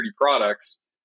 products